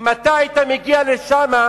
אם אתה היית מגיע לשם,